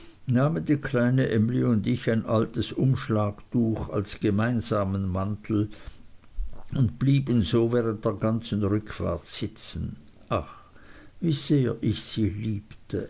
die kleine emly und ich ein altes umschlagtuch als gemeinsamen mantel um und blieben so während der ganzen rückfahrt sitzen ach wie sehr ich sie liebte